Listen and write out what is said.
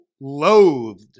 loathed